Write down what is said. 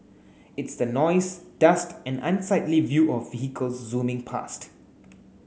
it's the noise dust and unsightly view of vehicles zooming past